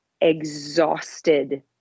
exhausted